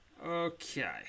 Okay